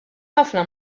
ħafna